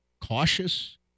cautious